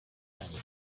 banjye